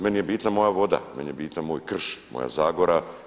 Meni je bitna moja voda, meni je bitno moj krš, moja zagora.